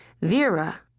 Vera